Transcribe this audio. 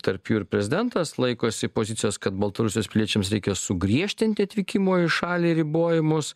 tarp jų ir prezidentas laikosi pozicijos kad baltarusijos piliečiams reikia sugriežtinti atvykimo į šalį ribojimus